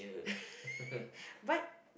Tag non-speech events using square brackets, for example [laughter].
[laughs] but if